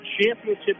Championship